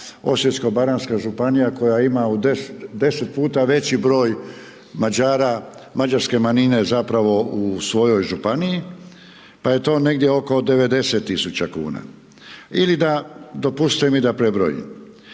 Osječko-baranjska županija koja ima u, deset puta veći broj Mađara, mađarske manjine zapravo u svojoj Županiji, pa je to negdje oko 90 tisuća kuna. Ili da, dopustite mi da prebrojim,